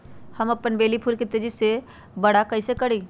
हम अपन बेली फुल के तेज़ी से बरा कईसे करी?